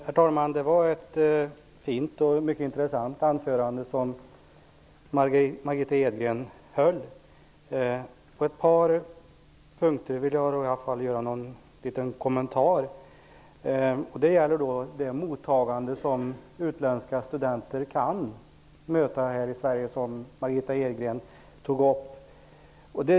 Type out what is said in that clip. Herr talman! Det var ett fint och mycket intressant anförande som Margitta Edgren höll. På ett par punkter vill jag dock göra en liten kommentar. Det gäller det mottagande som utländska studenter kan möta här i Sverige, som Margitta Edgren tog upp.